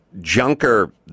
Junker